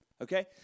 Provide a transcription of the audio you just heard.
Okay